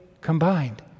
combined